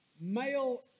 male